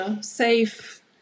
safe